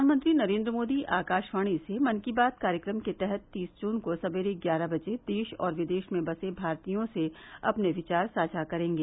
प्रधानमंत्री नरेन्द्र मोदी आकाशवाणी से मन की बात कार्यक्रम के तहत तीस जून को सवेरे ग्यारह बजे देश और विदेश में बसे भारतीयों से अपने विचार साझा करेंगे